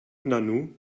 nanu